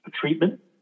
treatment